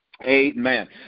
Amen